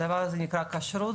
הדבר הזה נקרא כשרות,